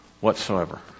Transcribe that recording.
whatsoever